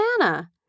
Anna